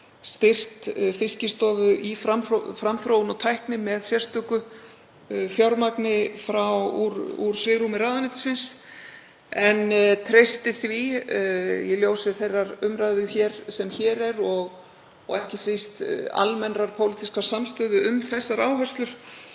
styrkt Fiskistofu í framþróun og tækni með sérstöku fjármagni úr svigrúmi ráðuneytisins. En ég treysti því í ljósi þeirrar umræðu sem hér er, og ekki síst almennrar pólitískrar samstöðu um þessar áherslur,